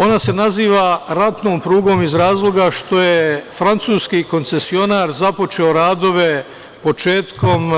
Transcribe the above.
Ona se naziva ratnom prugom iz razloga što je francuski koncesionar započeo radove početkom